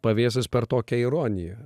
pavėsis per tokią ironiją